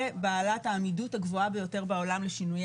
ובעלת העמידות הגבוהה ביותר בעולם לשינויי